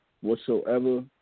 Whatsoever